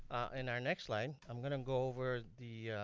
in our next slide, i'm gonna go over the